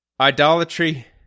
idolatry